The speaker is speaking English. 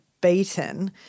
beaten